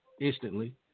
instantly